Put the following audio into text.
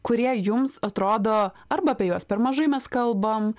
kurie jums atrodo arba apie juos per mažai mes kalbam